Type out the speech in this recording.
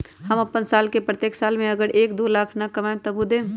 हम अपन साल के प्रत्येक साल मे अगर एक, दो लाख न कमाये तवु देम?